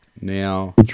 Now